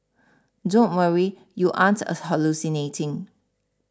don't worry you aren't hallucinating